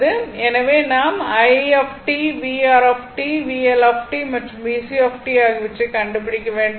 எனவே நான் I t vR t VL t மற்றும் VC t ஆகியவற்றைக் கண்டுபிடிக்க வேண்டும்